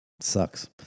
sucks